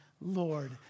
Lord